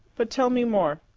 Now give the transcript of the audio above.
but tell me more.